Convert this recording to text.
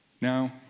Now